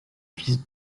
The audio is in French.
fils